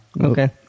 Okay